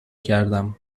کردم